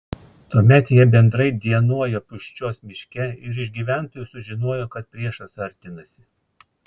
tuomet jie bendrai dienojo pūščios miške ir iš gyventojų sužinojo kad priešas artinasi